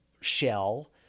shell